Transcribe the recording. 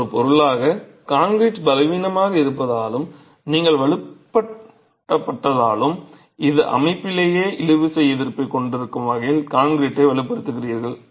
ஒரு பொருளாக கான்கிரீட் பலவீனமாக இருப்பதாலும் நீங்கள் வலுவூட்டப்பட்டதாலும் இந்த அமைப்பிலேயே இழுவிசை எதிர்ப்பைக் கொண்டிருக்கும் வகையில் கான்கிரீட்டை வலுப்படுத்துகிறீர்கள்